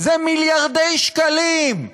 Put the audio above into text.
אלה מיליארדי שקלים.